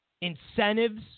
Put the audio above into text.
incentives